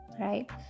right